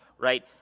right